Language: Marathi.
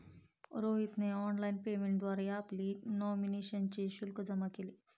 रोहितने ऑनलाइन पेमेंट सेवेद्वारे आपली नॉमिनेशनचे शुल्क जमा केले